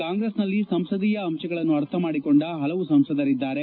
ಕಾಂಗ್ರೆಸ್ನಲ್ಲಿ ಸಂಸದೀಯ ಅಂಶಗಳನ್ನು ಅರ್ಥ ಮಾಡಿಕೊಂಡ ಹಲವು ಸಂಸದರಿದ್ದಾರೆ